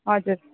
हजुर